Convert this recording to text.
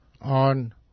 on